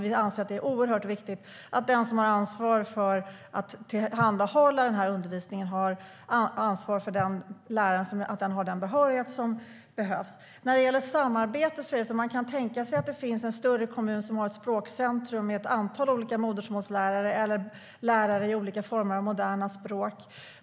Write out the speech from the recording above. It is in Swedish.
Vi anser att det är oerhört viktigt att den som har ansvar för att tillhandahålla undervisningen har ansvar för att läraren har den behörighet som behövs. När det gäller samarbete kan man tänka sig att det finns en större kommun som har ett språkcentrum med ett antal olika modersmålslärare eller lärare i olika moderna språk.